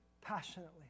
passionately